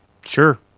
Sure